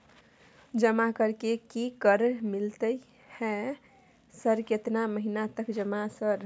जमा कर के की कर मिलते है सर केतना महीना तक जमा सर?